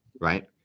right